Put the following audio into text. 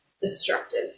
destructive